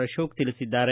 ಅಶೋಕ ತಿಳಿಸಿದ್ದಾರೆ